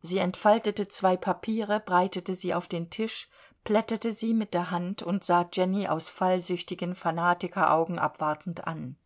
sie entfaltete zwei papiere breitete sie auf den tisch plättete sie mit der hand und sah jenny aus fallsüchtigen fanatikeraugen abwartend an